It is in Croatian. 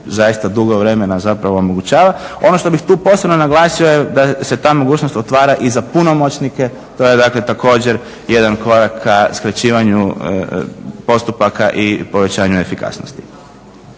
zaista dugo vremena omogućava. Ono što bih tu posebno naglasio da se ta mogućnost otvara i za punomoćnike, to je dakle također jedan korak ka skraćivanju postupaka i povećanju efikasnosti.